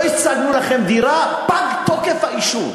לא השגנו לכם דירה, פג תוקף האישור.